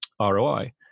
ROI